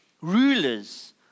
Rulers